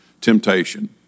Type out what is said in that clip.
temptation